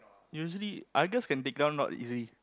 usually Argus can take down lord easily